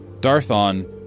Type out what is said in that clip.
Darthon